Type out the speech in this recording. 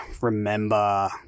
remember